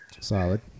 Solid